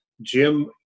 Jim